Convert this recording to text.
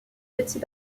petit